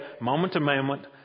moment-to-moment